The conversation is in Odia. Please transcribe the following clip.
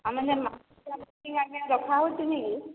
ଆମେ ଯେନ୍ ମସିକିଆ ମିଟିଂ ଆଜ୍ଞା ରଖାହଉଛି ନେଇଁକି